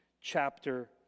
chapter